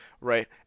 right